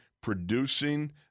producing